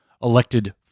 elected